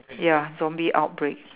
ya zombie outbreak